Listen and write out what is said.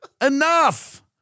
enough